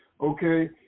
Okay